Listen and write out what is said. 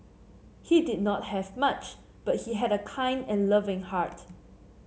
he did not have much but he had a kind and loving heart